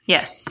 Yes